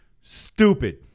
Stupid